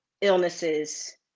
illnesses